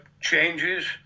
changes